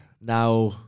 Now